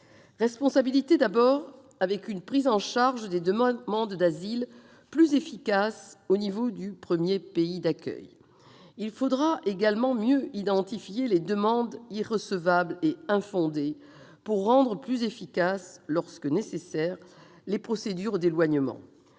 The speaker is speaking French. Responsabilité, d'abord, avec une prise en charge des demandes d'asile plus efficace au niveau du premier pays d'accueil. Il faudra également mieux identifier les demandes « irrecevables et infondées » pour rendre plus efficaces, lorsque nécessaire, les procédures d'éloignement.